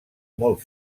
molt